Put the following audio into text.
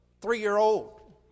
three-year-old